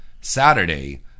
Saturday